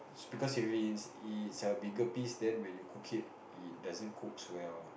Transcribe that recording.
it's because if it it's in bigger piece then when you cook it it doesn't cooks well